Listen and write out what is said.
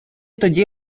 тоді